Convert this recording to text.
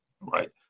Right